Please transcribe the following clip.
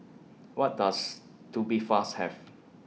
What Does Tubifast Have